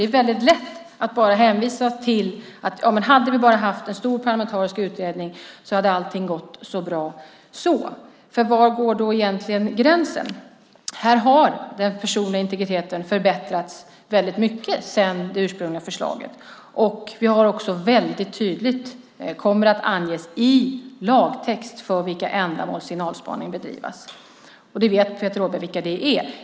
Det är lätt att säga att om vi bara hade haft en stor parlamentarisk utredning skulle allt ha blivit bra. Var går egentligen gränsen? Här har den personliga integriteten stärkts väldigt mycket i förhållande till det ursprungliga förslaget. Vi har också tydligt sagt att det i lagtext kommer att anges för vilka ändamål signalspaning får bedrivas. Peter Rådberg vet vilka ändamål det är.